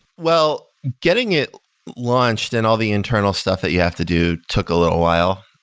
well, getting it launched and all the internal stuff that you have to do took a little while.